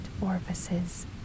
orifices